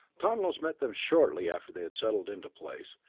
tonlos met them shortly after they had settled into place,